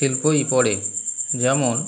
শিল্পই পড়ে যেমন